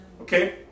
okay